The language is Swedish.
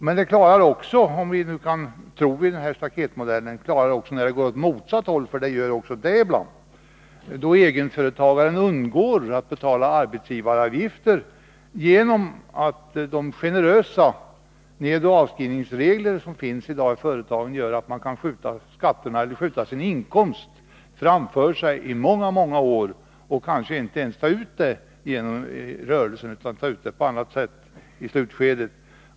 Men staketmodellen skall även lösa problemet när det går åt motsatt håll, vilket också sker ibland, då egenföretagaren undgår att betala arbetsgivaravgifter, eftersom de generösa nedoch avskrivningsregler som i dag finns för företag medför att han kan skjuta sin inkomst framför sig i många år och kanske inte ens tar ut den inom rörelsen utan på annat sätt i slutskedet.